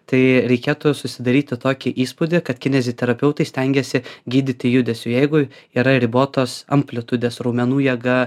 tai reikėtų susidaryti tokį įspūdį kad kineziterapeutai stengiasi gydyti judesiu jeigu yra ribotos amplitudės raumenų jėga